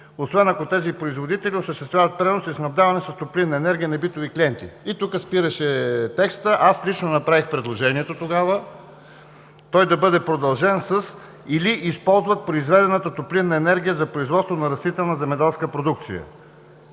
освен ако тези производители осъществяват пренос и снабдяване с топлинна енергия на битови клиенти.“ Тук спираше текстът. Аз лично направих предложението тогава той да бъде продължен с „или използват произведената топлинна енергия за производство на растителна земеделска продукция“.